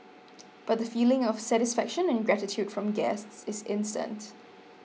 but the feeling of satisfaction and gratitude from guests is instant